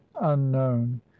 unknown